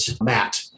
Matt